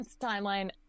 timeline